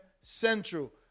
Central